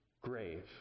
grave